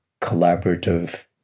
collaborative